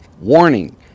warning